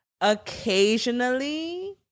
Occasionally